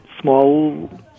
small